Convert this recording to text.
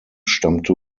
stammte